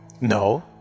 No